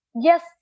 yes